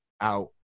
out